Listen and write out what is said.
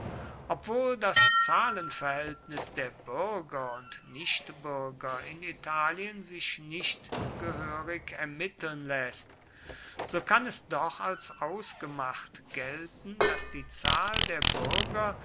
obwohl das zahlenverhältnis der bürger und nichtbürger in italien sich nicht gehörig ermitteln läßt so kann es doch als ausgemacht gelten daß die zahl der bürger